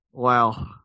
Wow